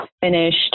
finished